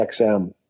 XM